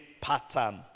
pattern